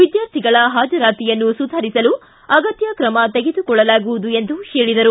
ವಿದ್ಕಾರ್ಥಿಗಳ ಹಾಜರಾತಿಯನ್ನು ಸುಧಾರಿಸಲು ಅಗತ್ಯ ತ್ರಮಗಳನ್ನು ತೆಗೆದುಕೊಳ್ಳಲಾಗುವುದು ಎಂದು ಹೇಳಿದರು